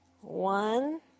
one